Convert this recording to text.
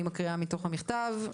אני מקריאה מתוך המכתב.